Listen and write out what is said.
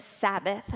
Sabbath